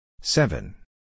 Seven